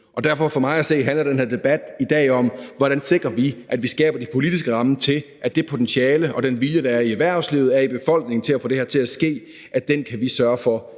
og derfor handler den her debat for mig at se om, hvordan vi sikrer, at vi skaber den politiske ramme for, at det potentiale og den vilje, der er i erhvervslivet, der er i befolkningen til at få det her til at ske, kommer til at blive